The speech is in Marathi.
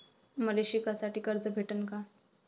मले शिकासाठी कर्ज भेटन का?